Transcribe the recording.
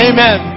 Amen